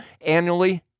annually